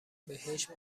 بهشت